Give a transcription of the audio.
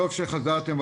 טוב שחזרתם,